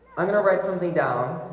i'm going to write something down